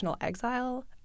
exile